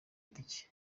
itike